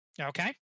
Okay